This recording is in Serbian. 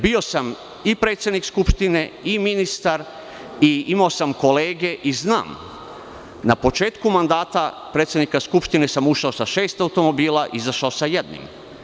Bio sam predsednik Skupštine i ministar i imao sam kolege i znam, na početku mandata predsednika Skupštine sam ušao sa šest automobila, izašao sa jednim.